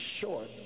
short